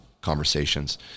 conversations